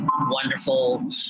wonderful